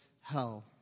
hell